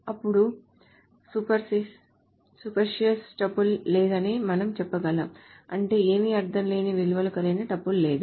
అప్పుడు spurious tuple లేదని కూడా మనం చెప్పగలం అంటే ఏమీ అర్థం లేని విలువలు కలిగిన టపుల్ లేదు